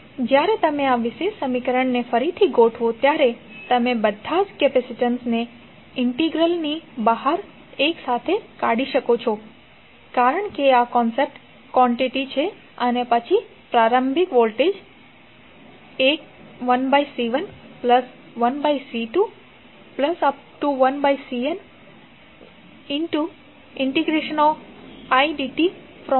તેથી જ્યારે તમે આ વિશેષ સમીકરણને ફરીથી ગોઠવો ત્યારે તમે બધા જ કૅપેસિટન્સ ને ઈન્ટીગ્રલ ની બહાર એક સાથે કાઢી શકો છો કારણ કે આ કોન્સ્ટન્ટ કોંટીટી છે અને પછી પ્રારંભિક વોલ્ટેજ 1C11C21Cnt0tidtv1t0v2t0vnt0 પ્રાપ્ત કરવા માટે